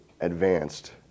advanced